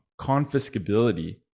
confiscability